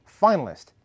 finalist